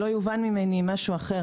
שלא יובן ממני משהו אחר.